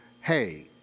hey